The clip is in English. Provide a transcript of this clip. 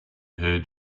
heard